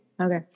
Okay